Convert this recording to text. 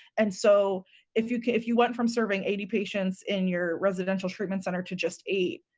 and so if you if you went from serving eighty patients in your residential treatment center to just eight,